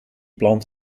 plant